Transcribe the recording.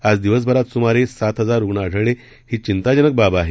आज दिवसभरात सुमार ि हजार रुग्ण आढळलही चिंताजनक बाब आह